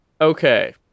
Okay